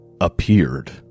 appeared